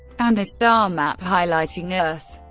and a star map highlighting earth.